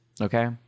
Okay